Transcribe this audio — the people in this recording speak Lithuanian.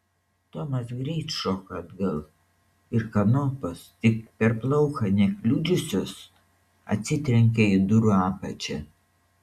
tomas greit šoko atgal ir kanopos tik per plauką nekliudžiusios atsitrenkė į durų apačią